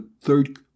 third